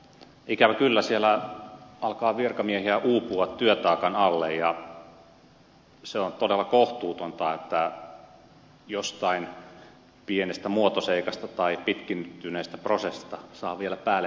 ikävä kyllä siellä alkaa virkamiehiä uupua työtaakan alle ja se on todella kohtuutonta että jostain pienestä muotoseikasta tai pitkittyneestä prosessista saa vielä päälle huomautuksen